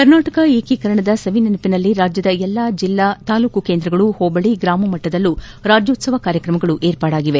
ಕರ್ನಾಟಕ ಏಕೀಕರಣದ ಸವಿನೆನಪಿನಲ್ಲಿ ರಾಜ್ಯದ ಎಲ್ಲಾ ಜಿಲ್ಲಾ ತಾಲೂಕು ಕೇಂದ್ರಗಳು ಹೋಬಳಿ ಗ್ರಾಮಮಟ್ಟದಲ್ಲೂ ರಾಜ್ಣೋತ್ಲವ ಕಾರ್ಯಕ್ರಮಗಳು ಏರ್ಪಾಡಾಗಿವೆ